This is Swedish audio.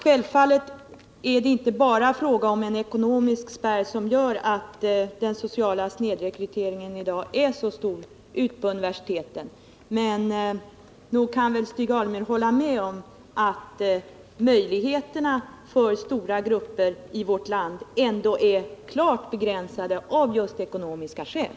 Självfallet är det inte bara en ekonomisk spärr som gör att den sociala snedrekryteringen är så stor vid universiteten. Men nog kan väl Stig Alemyr hålla med om att möjligheterna för stora grupper i vårt land ändå är klart begränsade av just ekonomiska skäl.